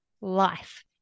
life